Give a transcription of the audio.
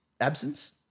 absence